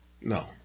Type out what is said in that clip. No